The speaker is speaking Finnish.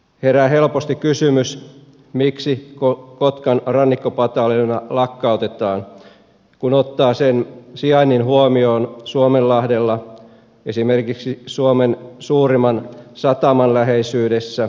herää helposti kysymys miksi kotkan rannikkopataljoona lakkautetaan kun ottaa huomioon sen sijainnin suomenlahdella esimerkiksi suomen suurimman sataman läheisyydessä